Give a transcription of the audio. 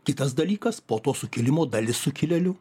kitas dalykas po to sukilimo dalis sukilėlių